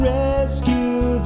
rescue